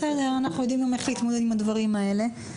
אנחנו יודעים איך להתמודד עם הדברים האלה.